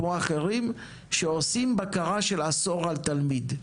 כמו אחרים שעושים בקרה של עשור על תלמיד,